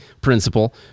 principle